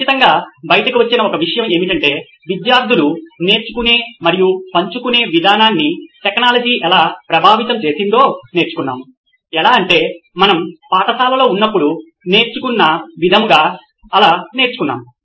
ఖచ్చితంగా బయటకు వచ్చిన ఒక విషయం ఏమిటంటే విద్యార్ధులు నేర్చుకునే మరియు పంచుకునే విధానాన్ని టెక్నాలజీ ఎలా ప్రభావితం చేసిందో నేర్చుకున్నాము ఎలా అంటే మనం పాఠశాలలో ఉన్నప్పుడు నేర్చుకున్న విధంగా అలా నేర్చుకున్నాము